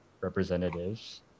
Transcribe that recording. representatives